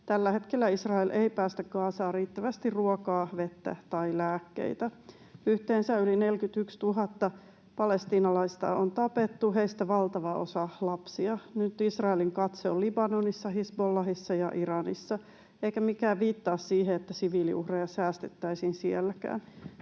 Tällä hetkellä Israel ei päästä Gazaan riittävästi ruokaa, vettä tai lääkkeitä. Yhteensä yli 41 000 palestiinalaista on tapettu, heistä valtava osa lapsia. Nyt Israelin katse on Libanonissa, Hizbollahissa ja Iranissa, eikä mikään viittaa siihen, että siviiliuhreja säästettäisiin sielläkään.